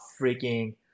freaking